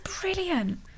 brilliant